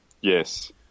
Yes